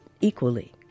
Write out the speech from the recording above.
equally